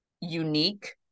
unique